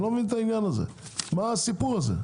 מה הסיפור הזה?